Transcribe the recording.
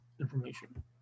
information